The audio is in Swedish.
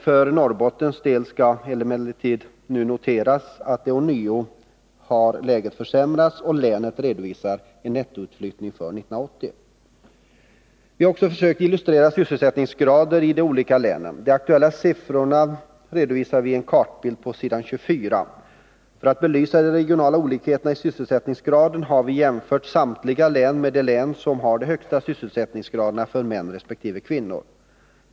För Norrbotten har emellertid utvecklingen ånyo försämrats, och länet redovisar en nettoutflyttning för 1980. Vi har också försökt illustrera sysselsättningsgrader i de olika länen. De aktuella siffrorna redovisar vi i en kartbild på s. 24. För att belysa de regionala olikheterna i sysselsättningsgraden har vi jämfört samtliga län med de län som har de högsta sysselsättningsgraderna för män resp. kvinnor.